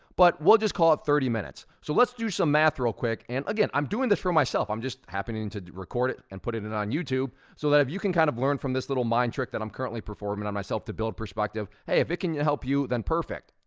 but we'll just call it thirty minutes. so let's do some math real quick. and again, i'm doing this for myself, i'm just happening to record it, and putting it on youtube. so that if you can kind of learn from this little mind trick that i'm currently performing on myself to build perspective. hey, if it can help you, then perfect.